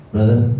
Brother